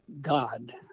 God